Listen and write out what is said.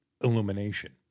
illumination